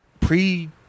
Pre